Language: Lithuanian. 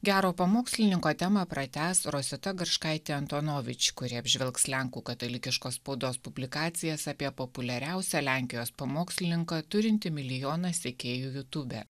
gero pamokslininko temą pratęs rosita garškaitė antonovič kuri apžvelgs lenkų katalikiškos spaudos publikacijas apie populiariausią lenkijos pamokslininką turintį milijoną sekėjų jutube